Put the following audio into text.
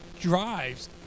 drives